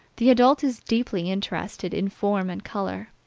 the adult is deeply interested in form and color,